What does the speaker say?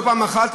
לא פעם אחת.